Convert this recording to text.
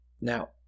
Now